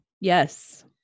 yes